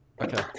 Okay